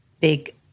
big